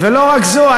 ולא רק זו,